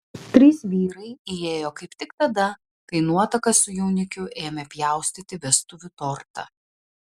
trys vyrai įėjo kaip tik tada kai nuotaka su jaunikiu ėmė pjaustyti vestuvių tortą